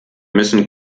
müssen